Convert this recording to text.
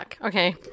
Okay